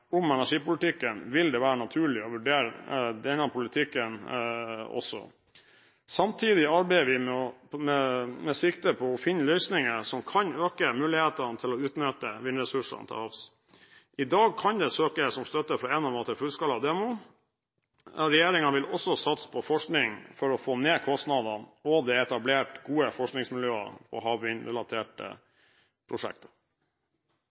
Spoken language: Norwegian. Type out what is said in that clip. om energipolitikken vil det være naturlig å vurdere denne politikken også. Samtidig arbeider vi med sikte på å finne løsninger som kan øke mulighetene til å utnytte vindressursene til havs. I dag kan det søkes om støtte fra Enova til fullskala demo. Regjeringen vil også satse på forskning for å få ned kostnadene, og det er etablert gode forskningsmiljøer for havvindrelaterte prosjekter.